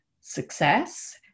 success